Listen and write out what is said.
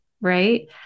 right